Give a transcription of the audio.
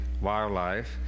Wildlife